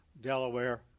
Delaware